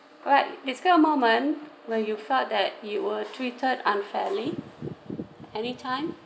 alright describe a moment when you felt that you were treated unfairly anytime